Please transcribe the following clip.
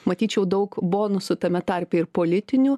matyčiau daug bonusų tame tarpe ir politinių